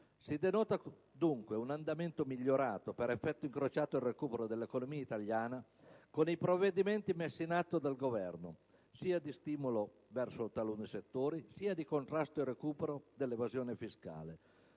Si denota dunque un andamento migliorato, per effetto incrociato del recupero dell'economia italiana con i provvedimenti messi in atto dal Governo, sia di stimolo verso taluni settori, sia di contrasto e recupero dell'evasione fiscale.